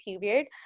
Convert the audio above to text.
period